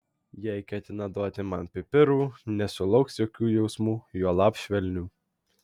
jei ketina duoti man pipirų nesulauks jokių jausmų juolab švelnių